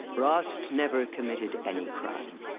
rost never committed any crime.